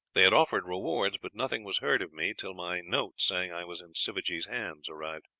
they had offered rewards, but nothing was heard of me till my note saying i was in sivajee's hands arrived.